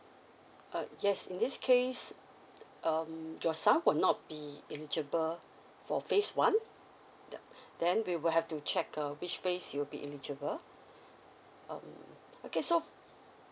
uh yes in this case um your son will not be eligible for phase one now then we will have to check uh which phase he will be eligible um okay so